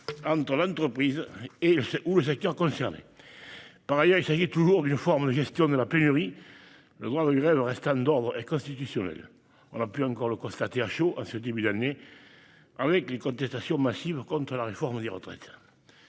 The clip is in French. par l'entreprise ou le secteur concerné. Par ailleurs, il s'agit toujours d'une forme de gestion de la pénurie, le droit de grève restant d'ordre constitutionnel. On a encore pu le constater « à chaud » en ce début d'année avec les contestations massives de la réforme des retraites.